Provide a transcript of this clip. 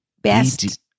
Best